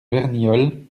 verniolle